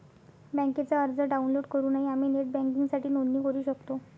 बँकेचा अर्ज डाउनलोड करूनही आम्ही नेट बँकिंगसाठी नोंदणी करू शकतो